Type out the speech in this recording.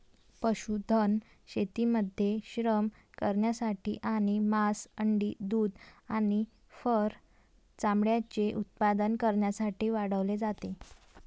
पशुधन शेतीमध्ये श्रम करण्यासाठी आणि मांस, अंडी, दूध आणि फर चामड्याचे उत्पादन करण्यासाठी वाढवले जाते